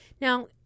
Now